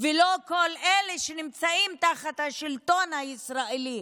ולא כל אלה שנמצאים תחת השלטון הישראלי,